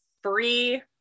free